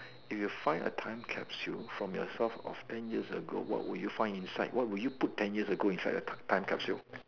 if you find a time capsule from yourself of ten years ago what would you find inside what would you put ten years ago inside the time capsule